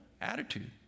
attitude